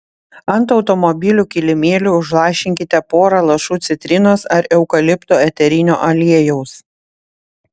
ant automobilių kilimėlių užlašinkite porą lašų citrinos ar eukalipto eterinio aliejaus